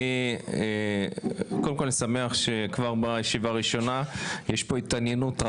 אני שמח שכבר בישיבה הראשונה יש התעניינות רבה.